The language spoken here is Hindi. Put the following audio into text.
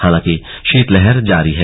हालांकि शीतलहर जारी है